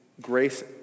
grace